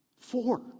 Four